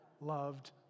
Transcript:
loved